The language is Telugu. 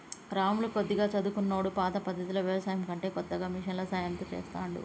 రాములు కొద్దిగా చదువుకున్నోడు పాత పద్దతిలో వ్యవసాయం కంటే కొత్తగా మిషన్ల సాయం తో చెస్తాండు